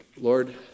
Lord